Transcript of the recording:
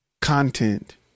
content